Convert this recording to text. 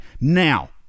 now